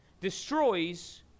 destroys